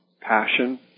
passion